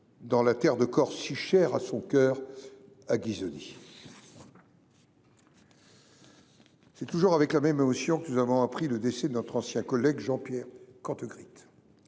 dans la terre de Corse si chère à son cœur. C’est avec la même émotion que nous avons appris le décès de notre ancien collègue Jean Pierre Cantegrit.